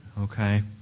okay